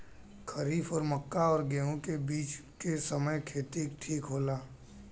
खरीफ और मक्का और गेंहू के बीच के समय खेती ठीक होला?